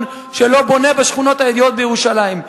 שלא בונה בשכונות היהודיות בירושלים,